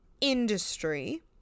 industry